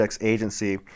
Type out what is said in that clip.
Agency